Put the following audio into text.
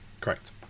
correct